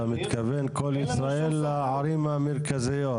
אתה מתכוון כל ישראל, הערים המרכזיות.